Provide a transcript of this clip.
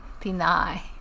deny